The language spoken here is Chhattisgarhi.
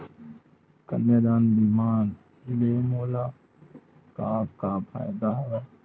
कन्यादान बीमा ले मोला का का फ़ायदा हवय?